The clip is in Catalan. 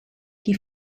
qui